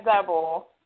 double